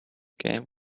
game